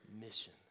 mission